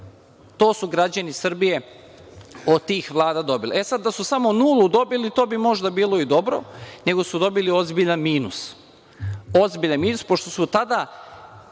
To su građani Srbije od tih vlada dobili.E, sad da su samo nulu dobili, to bi možda bilo i dobro, nego su dobili ozbiljan minus. Ozbiljan minus pošto je tada